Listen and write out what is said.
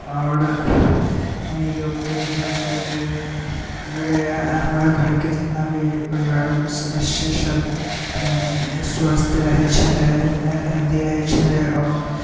आओर योगके वजहसँ यानी पूरे हमरा घरके जतना भी परिवार सदस्यसब यानी स्वस्थ रहै छलै हेल्दी रहै छलै आओर